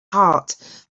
heart